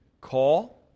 call